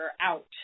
out